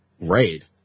Raid